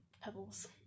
pebbles